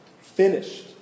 finished